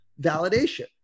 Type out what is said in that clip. validation